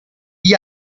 gli